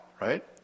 right